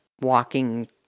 walking